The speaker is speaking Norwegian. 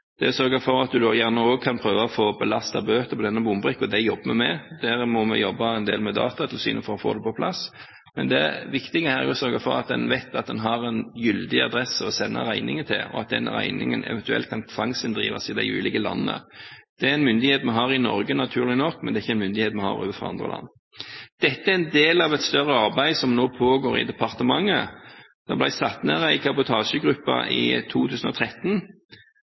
Å sørge for at man også kan belaste bøter på bombrikken, jobber vi med. Vi må jobbe en del med Datatilsynet for å få det på plass. Det viktige er å sørge for at man vet man har en gyldig adresse å sende regningen til, og at den regningen eventuelt kan tvangsinndrives i de ulike landene. Det er en myndighet vi naturlig nok har i Norge, men det er ikke en myndighet vi har overfor andre land. Dette er en del av et større arbeid som nå pågår i departementet. Det ble satt ned en kabotasjegruppe i 2013,